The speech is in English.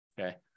okay